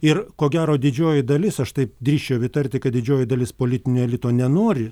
ir ko gero didžioji dalis aš taip drįsčiau įtarti kad didžioji dalis politinio elito nenori